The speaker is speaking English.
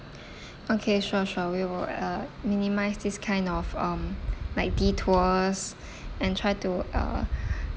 okay sure sure we will uh minimise this kind of um like detours and try to uh